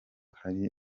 hari